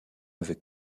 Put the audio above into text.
avec